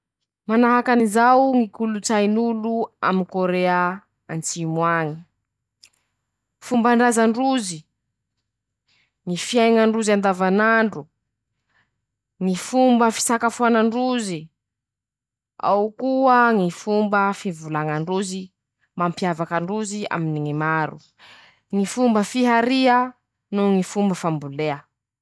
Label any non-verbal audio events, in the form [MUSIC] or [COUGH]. Manahaky anizao [SHUSHES] ñy kolotsain'olo amy korea atsimo añy: -Fomban-drazan-drozy, [SHUSHES] ñy fiaiñan-drozy andavanandro ,ñy fomba fisakafoanan-drozy [SHUSHES] ,ao koa [SHUSHES] ñy fomba fivolañandrozy mampiavaky an-drozy aminy ñy maro [SHUSHES] ;ñy fomba fiharia noho ñy fomba fambolea.